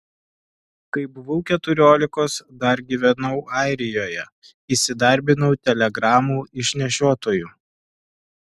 kai buvau keturiolikos dar gyvenau airijoje įsidarbinau telegramų išnešiotoju